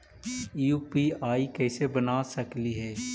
UPI कैसे बना सकली हे?